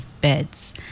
beds